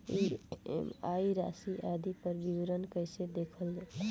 EMI राशि आदि पर विवरण कैसे देखल जाइ?